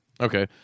Okay